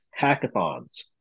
hackathons